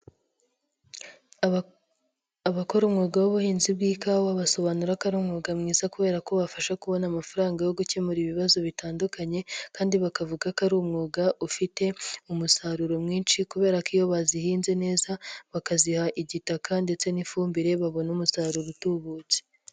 Abakora umwuga w'ubuhinzi bw'ikawa basobanura ko ari umwuga mwiza kubera ko ubafasha kubona amafaranga yo gukemura ibibazo bitandukanye kandi bakavuga ko ari umwuga ufite umusaruro mwinshi kubera ko iyo bazihinze neza, bakaziha igitaka ndetse n'ifumbire babona umusaruro utubutse.